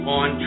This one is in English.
on